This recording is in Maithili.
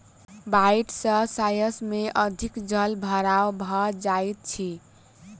बाइढ़ सॅ शस्य में अधिक जल भराव भ जाइत अछि